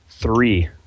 three